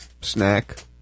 snack